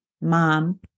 mom